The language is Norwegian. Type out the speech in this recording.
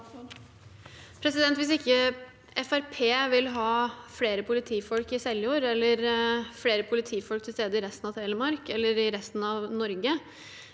skrittspartiet vil ha flere politifolk i Seljord, flere politifolk til stede i resten av Telemark eller i resten av Norge,